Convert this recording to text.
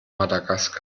madagaskar